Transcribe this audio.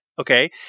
Okay